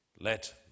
let